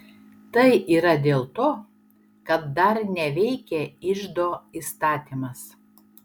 tai yra dėl to kad dar neveikia iždo įstatymas